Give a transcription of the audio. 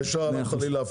בסדר?